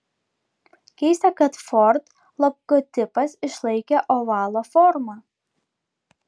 keista kad ford logotipas išlaikė ovalo formą